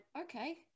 okay